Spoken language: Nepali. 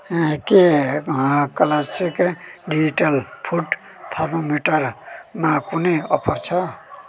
अँ के अँ क्लासिक डिजिटल फुड थर्मोमिटरमा कुनै अफर छ